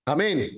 Amen